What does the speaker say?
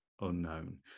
unknown